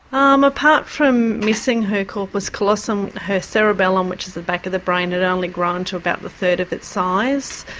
um apart from missing her corpus callosum, her cerebellum, which is the back of the brain, had only grown to about a third of its size.